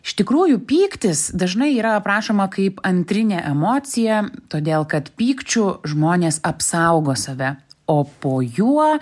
iš tikrųjų pyktis dažnai yra aprašoma kaip antrinė emocija todėl kad pykčiu žmonės apsaugo save o po juo